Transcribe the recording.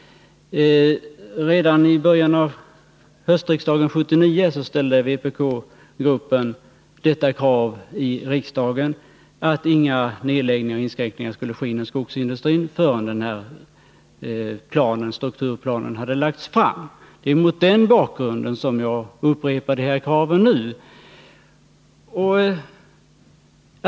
Redan i början av höstriksdagen 1979 ställde vpk-gruppen kravet att inga nedläggningar och inskränkningar skulle ske inom skogsindustrin förrän strukturplanen hade lagts fram. Det är mot den bakgrunden jag nu upprepar de här kraven.